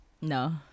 No